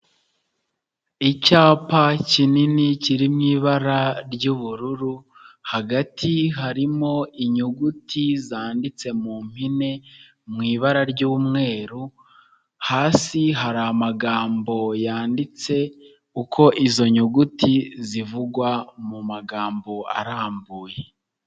Icyapa kinini kiri mu ibara ry'ubururu ,hagati harimo inyuguti zanditse mu mpine mu ibara ry'umweru, hasi hari amagambo yanditse uko izo nyuguti zivugwa mu magambo arambuye.